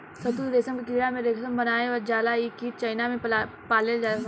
शहतूत रेशम के कीड़ा से रेशम बनावल जाला इ कीट चाइना में पलाले सन